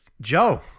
Joe